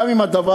גם אם הדבר,